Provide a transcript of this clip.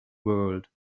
world